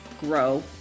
grow